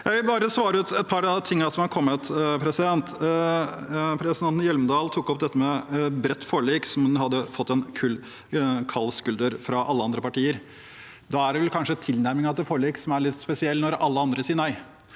Jeg vil svare ut et par av tingene som har kommet fram. Representanten Hjemdal tok opp dette med et bredt forlik – at hun hadde fått en kald skulder fra alle andre partier. Da er det vel kanskje tilnærmingen til forlik som er litt spesiell – når alle andre sier nei.